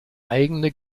eigene